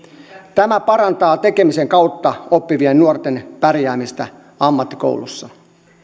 tämä parantaa tekemisen kautta oppivien nuorten pärjäämistä ammattikoulussa